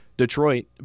Detroit